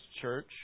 church